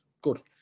good